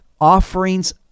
offerings